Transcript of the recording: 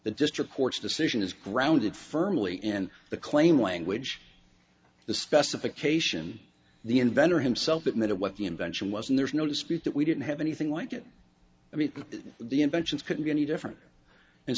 the district court's decision is grounded firmly and the claim language the specification the inventor himself that made it what the invention was and there's no dispute that we didn't have anything like it i mean the inventions couldn't be any different and